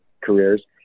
careers